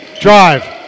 drive